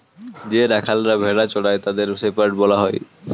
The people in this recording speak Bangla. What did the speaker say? যে রাখালরা ভেড়া চড়ায় তাদের শেপার্ড বলা হয়